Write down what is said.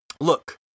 Look